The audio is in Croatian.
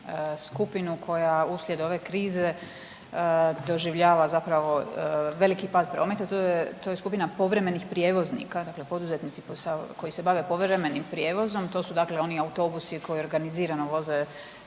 skupinu koja uslijed ove krize doživljava zapravo veliki pad prometa. To je skupina povremenih prijevoznika dakle poduzetnici posao koji se bave povremenim prijevozom. To su dakle oni autobusi koji organizirano voze